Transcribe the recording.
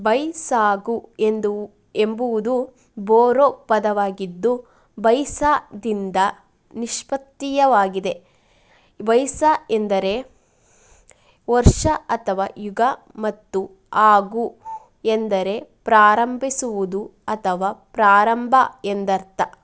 ಬೈಸಾಗು ಎಂದು ಎಂಬುವುದು ಬೋರೋ ಪದವಾಗಿದ್ದು ಬೈಸಾದಿಂದ ನಿಷ್ಪತ್ತಿಯಾಗಿದೆ ಬೈಸಾ ಎಂದರೆ ವರ್ಷ ಅಥವಾ ಯುಗ ಮತ್ತು ಆಗು ಎಂದರೆ ಪ್ರಾರಂಭಿಸುವುದು ಅಥವಾ ಪ್ರಾರಂಭ ಎಂದರ್ಥ